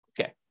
Okay